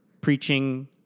preaching